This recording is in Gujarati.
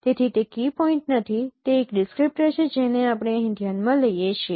તેથી તે કી પોઈન્ટ નથી તે એક ડિસક્રીપ્ટર છે જેને આપણે અહીં ધ્યાનમાં લઈએ છીએ